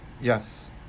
Yes